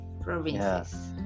Provinces